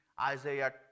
Isaiah